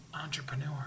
entrepreneur